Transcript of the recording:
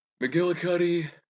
McGillicuddy